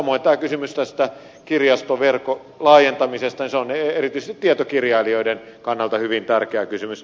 samoin kysymys kirjastoverkon laajentamisesta on erityisesti tietokirjailijoiden kannalta hyvin tärkeä kysymys